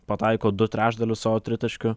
pataiko du trečdalius savo tritaškių